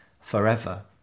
forever